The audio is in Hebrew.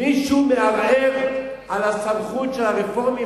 מישהו מערער על הסמכות של הרפורמים,